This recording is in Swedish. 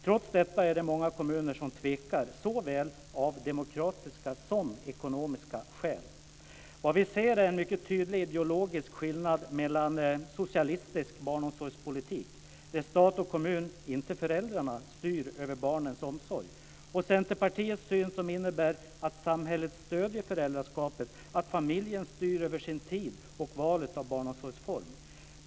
Trots detta är det många kommuner om tvekar såväl av demokratiska som av ekonomiska skäl. Vad vi ser är en mycket tydlig ideologisk skillnad mellan socialistisk barnomsorgspolitik, där stat och kommun - inte föräldrarna - styr över barnens omsorg, och Centerpartiets syn, som innebär att samhället stöder föräldraskapet och att familjen styr över sin tid och valet av barnomsorgsform.